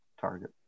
target